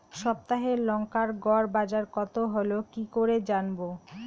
সপ্তাহে লংকার গড় বাজার কতো হলো কীকরে জানবো?